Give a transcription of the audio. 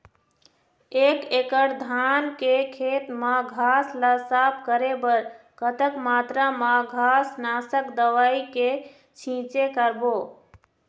एक एकड़ धान के खेत मा घास ला साफ करे बर कतक मात्रा मा घास नासक दवई के छींचे करबो?